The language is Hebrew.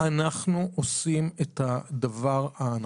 אנחנו עושים את הדבר הנכון.